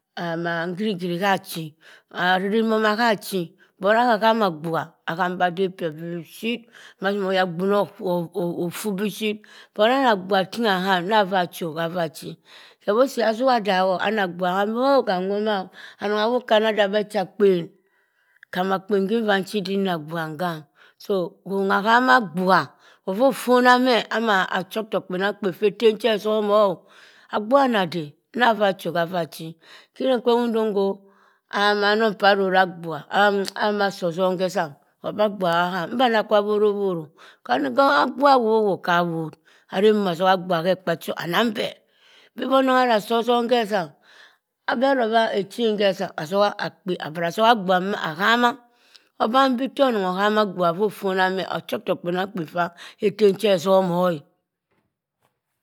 Ndidri ha chi ari ri mo mah ha chi bat aha ha ma bua ahamba deb piee bi shi mazimy oyagbin oh fu bishi koh ani abua ting aham nah cho haka chi kewo si azu ah daho anah abua aham obi ho khamwoma anong awoh kah abeh acha kpen kahm akpen ki chi hidden cebua ngam so hongha hama bua ouoh fonah meh ama cho otoak kpenangkpen fa tem cho ozomoh abua anah dey naun cho naua chi teh ogkponung dungo ah hama rora abua ah amah soh ozum keh zam obah abua kah ham ngba akah woro woro kanu abun anoh kah woh aremo azoha abua heh ekpa cho auangbeh bi anong akan soh ozohm keh zam abeh rowh echen he zam azoha akpe abra zoho abua duna ahama ebambi teh onong ahang abua teh ofo na meu ochotohk kpenaugkpem fu etem cho ezomoh eh.